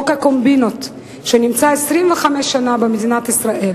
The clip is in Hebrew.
חוק הקומבינות, שנמצא 25 שנה במדינת ישראל